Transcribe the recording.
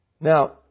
Now